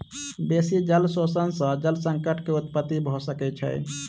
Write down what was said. बेसी जल शोषण सॅ जल संकट के उत्पत्ति भ सकै छै